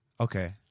okay